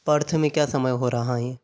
Perth में क्या समय हो रहा है